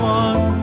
one